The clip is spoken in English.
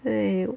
对